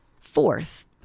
fourth